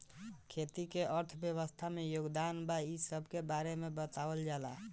खेती के अर्थव्यवस्था में योगदान बा इ सबके बारे में बतावल जाला